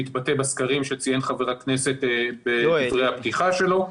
שמתבטא בסקרים שציין חבר הכנסת בדברי הפתיחה שלו,